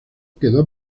quedó